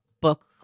book